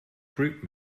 group